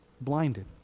blinded